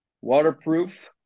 waterproof